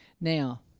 Now